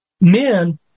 men